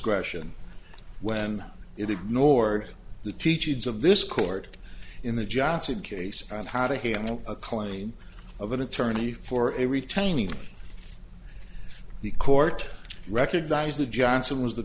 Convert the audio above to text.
discretion when it ignored the teachings of this court in the johnson case and how to handle a claim of an attorney for it retaining the court recognized that johnson was the